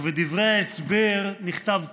ובדברי ההסבר נכתב כך,